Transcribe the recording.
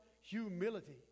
humility